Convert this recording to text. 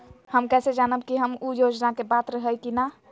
हम कैसे जानब की हम ऊ योजना के पात्र हई की न?